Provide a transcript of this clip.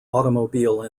automobile